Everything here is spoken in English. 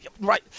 Right